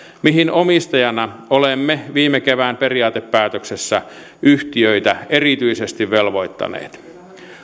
mihin omistajana olemme viime kevään periaatepäätöksessä yhtiöitä erityisesti velvoittaneet